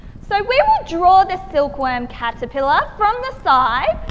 so, we will draw the silkworm caterpillar from the side,